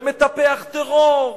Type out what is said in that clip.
ומטפח טרור,